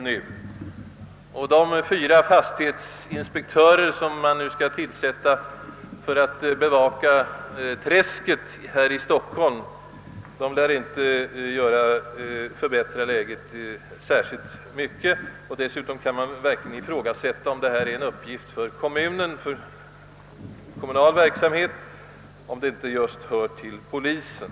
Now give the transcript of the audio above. Genom de fyra fastighetsinspektörer, som staden nu skall tillsätta för att bevaka träsket här i Stockholm, lär inte läget förbättras särskilt mycket. Dessutom kan man verkligen ifrågasätta, om denna bevakning är en kommunal uppgift och om denna inte i stället åvilar polisen.